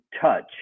touch